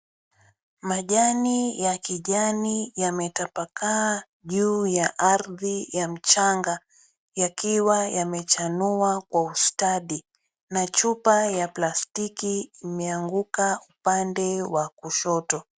Majani ya kijani yametapakaa juu ya ardhi ya mchanga yakiwa yamechanua kwa ustadi na chupa ya plastiki imeanguka upande wa kushoto.